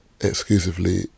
exclusively